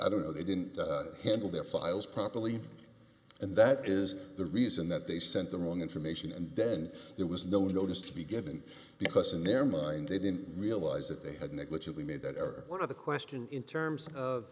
i don't know they didn't handle their files properly and that is the reason that they sent the wrong information and then there was no notice to be given because in their mind they didn't realize that they had negligently made that or one of the question in terms of